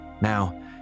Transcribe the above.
Now